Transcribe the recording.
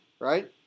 right